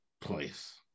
place